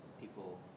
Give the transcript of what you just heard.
people